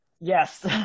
Yes